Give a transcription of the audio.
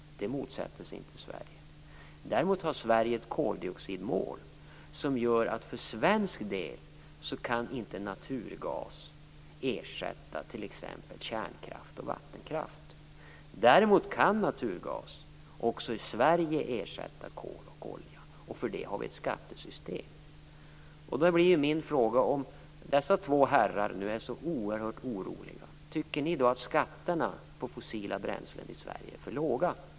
Det motsätter sig inte Sverige. Däremot har Sverige ett koldioxidmål, och det gör att naturgas inte kan ersätta t.ex. kärnkraft och vattenkraft för svensk del. Däremot kan naturgas också i Sverige ersätta kol och olja, och för det har vi ett skattesystem. Då blir min fråga till dessa två herrar, om de nu är så oerhört oroliga: Tycker ni att skatterna på fossila bränslen är för låga i Sverige?